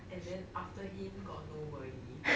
and then after him got nobody